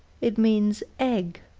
it means egg.